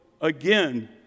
again